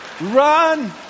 Run